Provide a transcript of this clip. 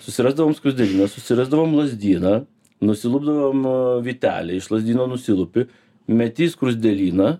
susirasdavom skruzdėlyną susirasdavom lazdyną nusilupdavom vytelę iš lazdyno nusilupi meti į skruzdėlyną